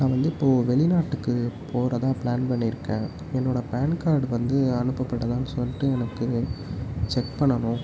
நான் வந்து இப்போது வெளிநாட்டுக்கு போகிறதா ப்ளான் பண்ணியிருக்கேன் என்னோடய பான் கார்டு வந்து அனுப்பப்பட்டதான்னு சொல்லிட்டு எனக்கு செக் பண்ணணும்